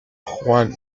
juan